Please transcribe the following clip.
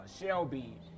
Shelby